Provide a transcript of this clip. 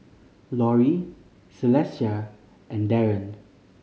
Lori Celestia and Daren